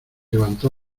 levantó